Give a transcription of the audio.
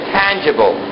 tangible